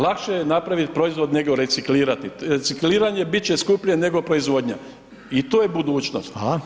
Lakše je napraviti proizvod nego reciklirati, recikliranje bit će skuplje nego proizvodnja i to je budućnost.